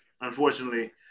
unfortunately